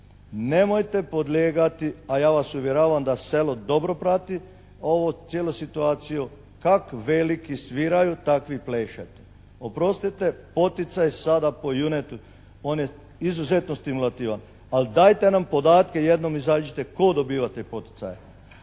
Nemojte podlijegati, a ja vas uvjeravam da selo dobro prati ovu cijelu situaciju. Kak veliki sviraju tak vi plešete. Oprostite, poticaj sada po junetu, on je izuzetno stimulativan, ali dajte nam podatke, jednom izađite, tko dobiva te poticaje.